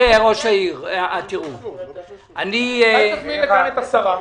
אולי תזמין את השרה?